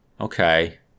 Okay